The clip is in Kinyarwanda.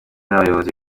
n’abayobozi